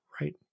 right